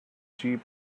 cheap